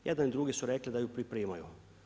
Jedan i drugi su rekli da ju pripremaju.